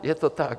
Je to tak.